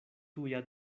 tuja